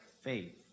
faith